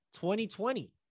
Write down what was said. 2020